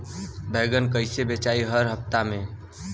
बैगन कईसे बेचाई हर हफ्ता में?